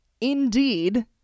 indeed